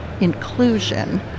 inclusion